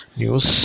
news